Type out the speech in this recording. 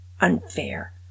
unfair